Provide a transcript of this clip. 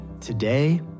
today